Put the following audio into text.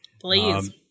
Please